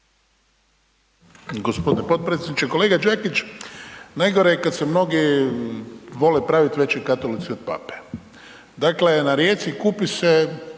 Gospodine potpredsjedniče. Kolega Đakić, najgore je kada se mnogi vole praviti veći katolici od Pape. Dakle na rijeci Kupi se